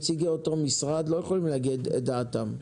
נציגי אותו משרד לא יכולים להגיד את דעתם.